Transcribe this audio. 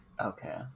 Okay